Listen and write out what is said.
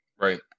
right